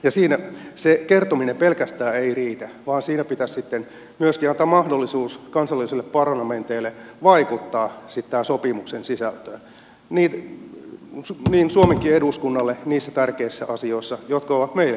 ja se kertominen ei pelkästään riitä vaan siinä pitäisi sitten myöskin antaa mahdollisuus kansallisille parlamenteille vaikuttaa tämän sopimuksen sisältöön suomenkin eduskunnalle niissä tärkeissä asioissa jotka ovat meille kansallisesti tärkeitä